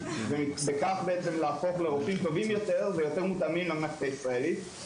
וכך להפוך לרופאים טובים יותר ומותאמים יותר למערכת הישראלית.